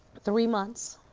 three months